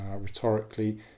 rhetorically